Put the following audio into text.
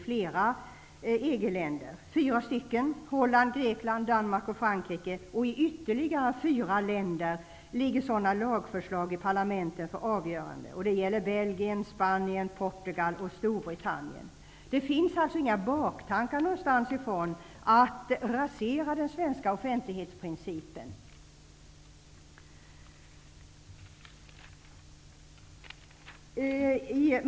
Det gäller fyra länder, nämligen ytterligare fyra länder ligger sådana lagförslag i parlamenten för avgörande. Det gäller Belgien, Spanien, Portugal och Storbritannien. Det finns alltså inte några baktankar någonstans ifrån om att rasera den svenska offentlighetsprincipen.